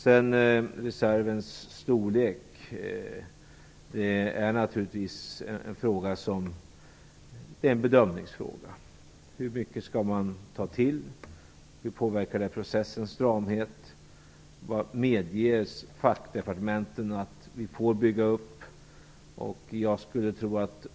Sedan är reservens storlek naturligtvis en bedömningsfråga. Hur mycket skall man ta till? Hur påverkar den processens stramhet? Medger fackdepartementen att vi bygger upp en reserv?